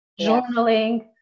journaling